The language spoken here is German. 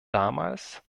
damals